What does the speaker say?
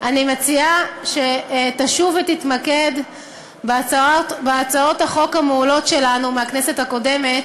אני מציעה שתשוב ותתמקד בהצעות החוק המעולות שלנו מהכנסת הקודמת,